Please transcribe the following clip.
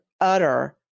utter